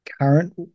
current